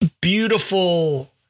beautiful